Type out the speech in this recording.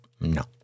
No